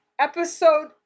episode